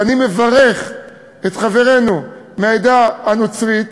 ואני מברך את חברינו מהעדה הנוצרית